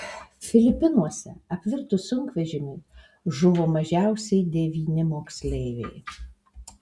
filipinuose apvirtus sunkvežimiui žuvo mažiausiai devyni moksleiviai